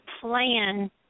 plan